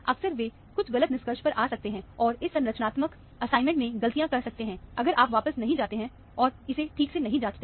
अक्सर वे कुछ गलत निष्कर्ष पर आ सकते हैं और इस संरचनात्मक असाइनमेंट में गलतियां कर सकते हैं अगर आप वापस नहीं जाते हैं और इसे ठीक से नहीं जांचते हैं